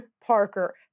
Parker